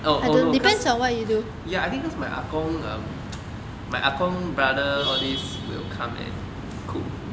oh oh no cause ya I think cause my 阿公 um my 阿公 brother all these will come and cook